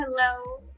hello